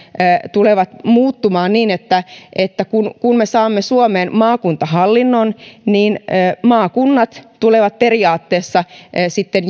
tulevat muuttumaan niin että että kun kun me saamme suomeen maakuntahallinnon niin maakunnat tulevat periaatteessa sitten